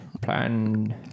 plan